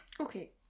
Okay